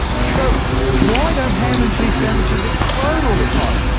so why don't ham and cheese sandwiches explode all the time?